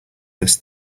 this